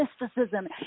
mysticism